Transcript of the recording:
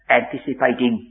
anticipating